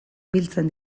biltzen